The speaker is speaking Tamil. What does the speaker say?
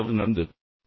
என்ன தவறு நடந்தது